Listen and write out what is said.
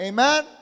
Amen